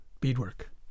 beadwork